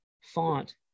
font